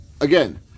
again